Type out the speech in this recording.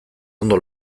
ondo